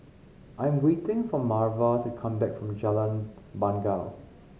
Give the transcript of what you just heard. I'm waiting for Marva to come back from Jalan Bangau